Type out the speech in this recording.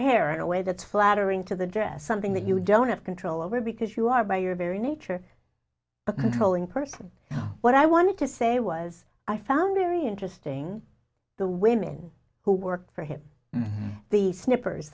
hair in a way that's flattering to the dress something that you don't have control over because you are by your very nature a controlling person you know what i want to say was i found very interesting the women who work for him the snippers